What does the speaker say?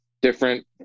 different